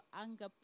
anger